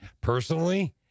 Personally